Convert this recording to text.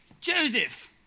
Joseph